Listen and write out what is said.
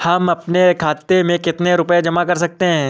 हम अपने खाते में कितनी रूपए जमा कर सकते हैं?